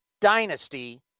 dynasty